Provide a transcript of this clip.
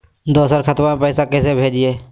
दोसर खतबा में पैसबा कैसे भेजिए?